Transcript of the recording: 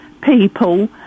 people